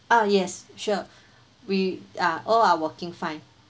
ah yes sure we uh all are working fine